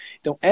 Então